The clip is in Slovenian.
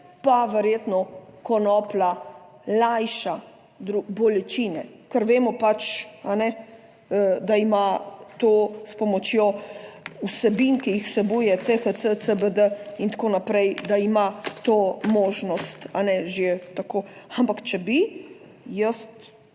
pa verjetno konoplja lajša bolečine, ker vemo, da ima to s pomočjo vsebin, ki jih vsebuje, THC, CBD in tako naprej, da ima to možnost že tako, ampak če bi jaz